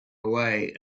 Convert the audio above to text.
away